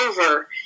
over